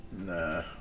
nah